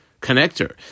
Connector